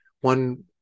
one